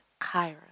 Kyra